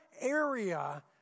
area